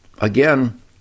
again